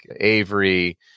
Avery